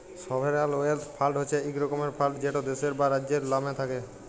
sovereign wealth fund হছে ইক রকমের ফাল্ড যেট দ্যাশের বা রাজ্যের লামে থ্যাকে